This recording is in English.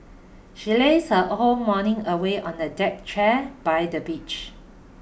she lazed her whole morning away on a deck chair by the beach